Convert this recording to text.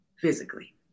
physically